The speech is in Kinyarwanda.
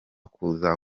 kuza